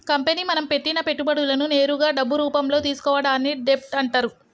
company మనం పెట్టిన పెట్టుబడులను నేరుగా డబ్బు రూపంలో తీసుకోవడాన్ని డెబ్ట్ అంటరు